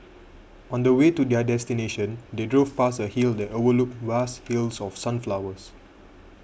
on the way to their destination they drove past a hill that overlooked vast fields of sunflowers